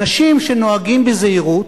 אנשים שנוהגים בזהירות,